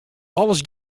alles